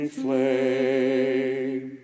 flame